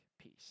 peace